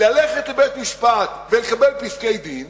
ללכת לבית-משפט ולקבל פסקי-דין